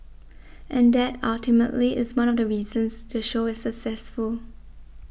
and that ultimately is one of the reasons the show is successful